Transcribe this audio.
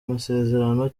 masezerano